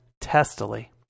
testily